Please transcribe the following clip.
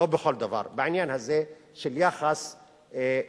לא בכל דבר, בעניין הזה של יחס שוויוני,